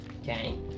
Okay